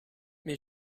mais